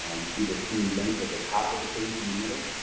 ah you see the two links at the top of the page in the middle,